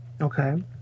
Okay